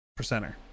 percenter